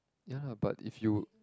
ya lah but if you